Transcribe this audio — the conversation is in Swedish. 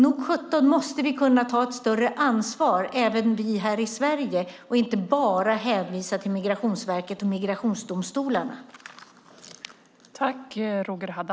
Nog sjutton måste vi kunna ta ett större ansvar, även vi här i Sverige, och inte bara hänvisa till Migrationsverket och migrationsdomstolarna.